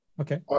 Okay